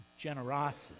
generosity